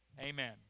amen